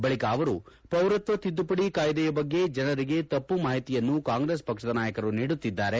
ಬಳಿಕ ಅವರು ಪೌರತ್ವ ತಿದ್ದುಪಡಿ ಕಾಯ್ದೆಯ ಬಗ್ಗೆ ಜನರಿಗೆ ತಪ್ಪು ಮಾಹಿತಿಯನ್ನು ಕಾಂಗ್ರೆಸ್ ಪಕ್ಷದ ನಾಯಕರು ನೀಡುತ್ತಿದ್ದಾರೆ